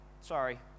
sorry